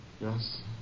Yes